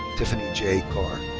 tiffany j. carr.